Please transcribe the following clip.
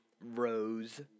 Rose